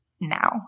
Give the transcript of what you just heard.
now